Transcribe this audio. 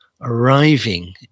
arriving